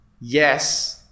yes